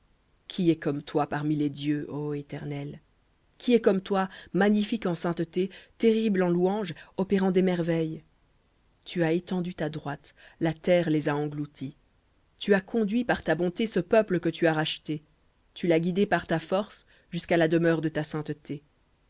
qui est comme toi parmi les dieux ô éternel qui est comme toi magnifique en sainteté terrible en louanges opérant des merveilles tu as étendu ta droite la terre les a engloutis tu as conduit par ta bonté ce peuple que tu as racheté tu l'as guidé par ta force jusqu'à la demeure de ta sainteté